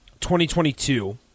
2022